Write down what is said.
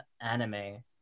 anime